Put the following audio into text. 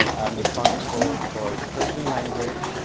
i'm responsible for persian language,